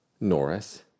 Norris